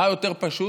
מה יותר פשוט?